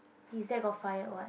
his dad got fired [what]